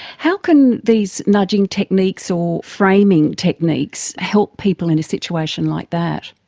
how can these nudging techniques or framing techniques help people in a situation like that?